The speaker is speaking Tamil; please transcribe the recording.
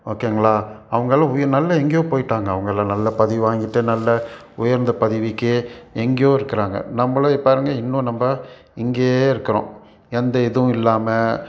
ஓகேங்களா அவங்களாம் உயர் நல்ல எங்கேயோ போய்ட்டாங்க அவங்களாம் நல்ல பதவி வாங்கிட்டு நல்ல உயர்ந்த பதவிக்கே எங்கேயோ இருக்குறாங்க நம்மள பாருங்கள் இன்னும் நம்ம இங்கேயே இருக்கிறோம் எந்த இதுவும் இல்லாமல்